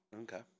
Okay